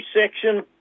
section